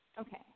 Okay